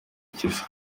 cy’isi